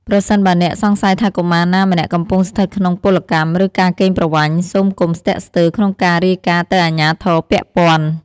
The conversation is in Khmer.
ប្រសិនបើអ្នកសង្ស័យថាកុមារណាម្នាក់កំពុងស្ថិតក្នុងពលកម្ម ឬការកេងប្រវ័ញ្ច សូមកុំស្ទាក់ស្ទើរក្នុងការរាយការណ៍ទៅអាជ្ញាធរពាក់ព័ន្ធ។